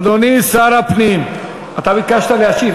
אדוני שר הפנים, ביקשת להשיב.